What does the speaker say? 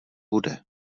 bude